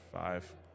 five